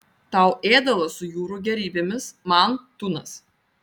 tau ėdalas su jūrų gėrybėmis man tunas